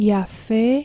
Yafe